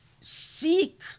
seek